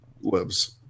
lives